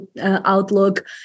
outlook